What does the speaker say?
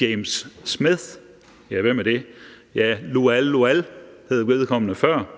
James Schmidt – ja, hvem det er? Lual Lual hed vedkommende før,